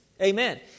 Amen